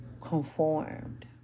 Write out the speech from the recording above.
conformed